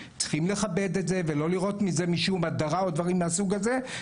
צריכים לכבד את זה ולא לראות מזה משום הדרה או דברים מהסוג הזה.